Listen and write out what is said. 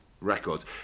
Records